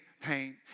pain